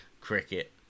cricket